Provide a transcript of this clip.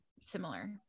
similar